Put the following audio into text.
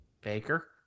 Baker